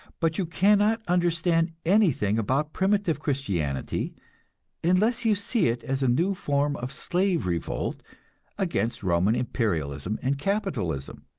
but you cannot understand anything about primitive christianity unless you see it as a new form of slave revolt against roman imperialism and capitalism.